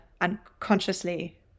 unconsciously